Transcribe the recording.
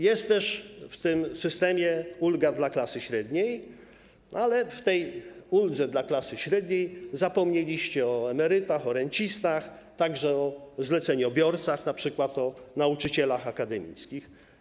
Jest też w tym systemie ulga dla klasy średniej, ale w przypadku ulgi dla klasy średniej zapomnieliście o emerytach, o rencistach, także o zleceniobiorcach, np. o nauczycielach akademickich.